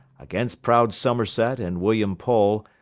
against prowd somerset, and william poole,